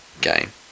game